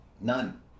None